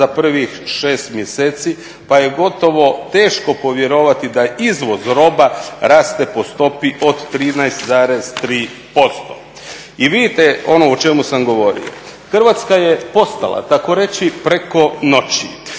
za prvih šest mjeseci pa je gotovo teško povjerovati da izvoz roba raste po stopi od 13,3%. I vidite ono o čemu sam govorio, Hrvatska je postala tako reći preko noći